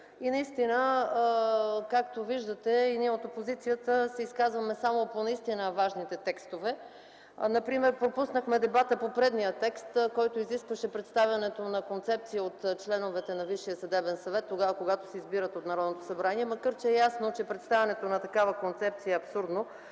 темпо. Както виждате, и ние от опозицията се изказваме само по важните текстове. Например пропуснахме дебата по предния текст, който изискваше представянето на концепция от членовете на Висшия съдебен съвет, когато се избират от Народното събрание, макар да е ясно, че представянето на такава концепция е абсурдно.